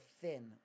thin